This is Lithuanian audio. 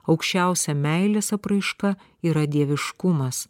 aukščiausia meilės apraiška yra dieviškumas